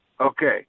Okay